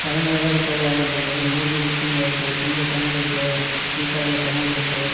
ತಗಣದಾರೆ ತಗೋ ಏ ಮೂ ಏನು ಮೂರು ನಾಲ್ಕು ತಿಂಗ್ಳು ಆಯಿತು ತುಂಬ ಚೆನ್ನಾಗಿ ಐತೆ ಸ್ಪೀಕರೆಲ್ಲ ಚೆನ್ನಾಗಿ ಬರುತ್ತೆ